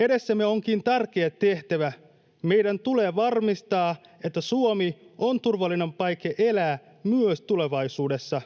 Edessämme onkin tärkeä tehtävä: meidän tulee varmistaa, että Suomi on turvallinen paikka elää myös tulevaisuudessa.